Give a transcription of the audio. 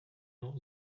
not